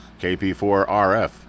KP4RF